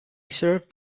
served